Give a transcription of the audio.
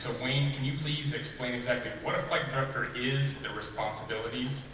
ah wayne can you please explain exactly what a flight director is, their responsibilities.